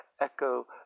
echo